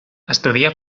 estudia